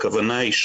הכוונה היא,